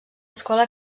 escola